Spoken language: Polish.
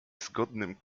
zgodnym